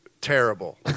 terrible